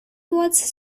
was